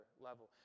level